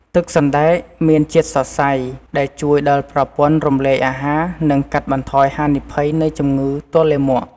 ទឹកសណ្តែកមានជាតិសរសៃ ដែលជួយដល់ប្រព័ន្ធរំលាយអាហារ និងកាត់បន្ថយហានិភ័យនៃជំងឺទល់លាមក។